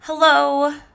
Hello